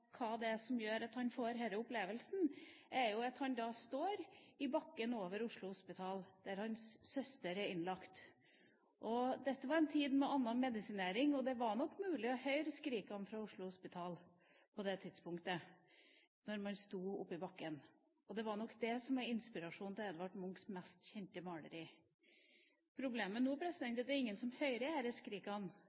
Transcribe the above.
hva som gjør at han får denne opplevelsen, er at han står i bakken over Oslo Hospital der hans søster er innlagt. Dette var en tid med annen medisinering, og det var nok mulig å høre skrikene fra Oslo Hospital på det tidspunktet når man sto oppe i bakken. Det var nok det som var inspirasjonen til Edvard Munchs mest kjente maleri. Problemet nå er at det er ingen som hører disse skrikene. Det er